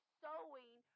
sowing